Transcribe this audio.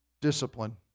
Discipline